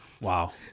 wow